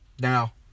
Now